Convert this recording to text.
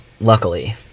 luckily